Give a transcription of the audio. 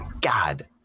God